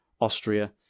Austria